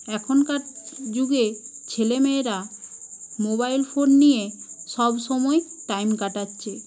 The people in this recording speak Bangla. এখনকার যুগে ছেলেমেয়েরা মোবাইল ফোন নিয়ে সবসময় টাইম কাটাচ্ছে